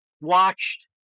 watched